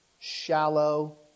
shallow